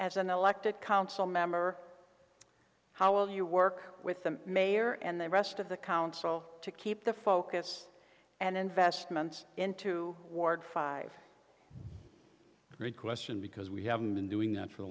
as an elected council member how will you work with the mayor and the rest of the council to keep the focus and investments into ward five a great question because we haven't been doing that for the